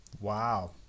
Wow